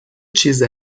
چیز